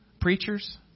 Preachers